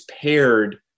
paired